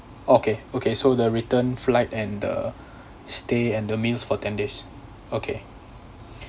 okay okay so the return flight and the stay and the meals for ten days okay